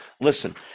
Listen